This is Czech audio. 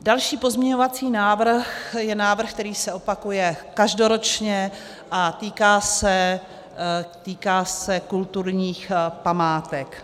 Další pozměňovací návrh je návrh, který se opakuje každoročně a týká se kulturních památek.